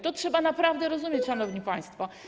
To trzeba naprawdę rozumieć, szanowni państwo.